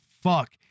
fuck